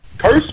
Cursed